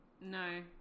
No